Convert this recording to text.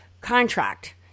contract